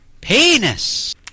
Penis